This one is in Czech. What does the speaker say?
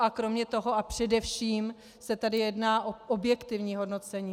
A kromě toho a především se tady jedná o objektivní hodnocení.